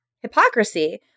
hypocrisy